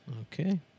Okay